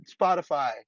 Spotify